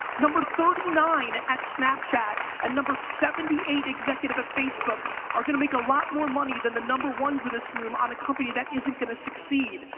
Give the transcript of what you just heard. number thirty nine at snapchat, and number seventy eight executive at facebook, are going to make a lot more money than the number ones in this room on the company that isn't going to succeed.